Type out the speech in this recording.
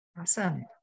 Awesome